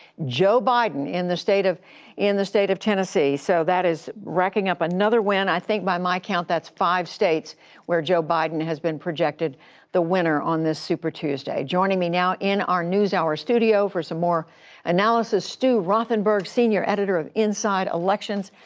joe biden, in the state of in the state of tennessee. so, that is racking up another win. i think, by my count, that's five states where joe biden has been projected the winner on this super tuesday. joining me now in our newshour studio for some more analysis, stu rothenberg, senior editor of inside elections.